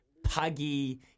Puggy